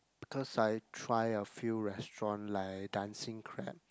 because I try a few restaurant like Dancing-Crab